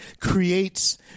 creates